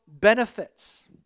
benefits